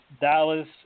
Dallas